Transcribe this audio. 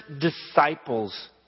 disciples